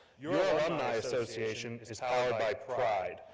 your alumni association is powered by pride.